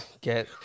get